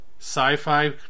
sci-fi